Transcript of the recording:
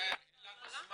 אני מצטער, אין לנו זמן.